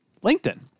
LinkedIn